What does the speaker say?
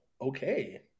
Okay